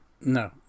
No